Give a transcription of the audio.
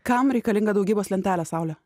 kam reikalinga daugybos lentelę saulę